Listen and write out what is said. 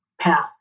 path